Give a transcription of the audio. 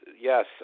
yes